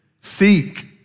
Seek